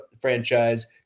franchise